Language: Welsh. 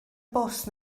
bws